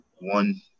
one